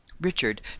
Richard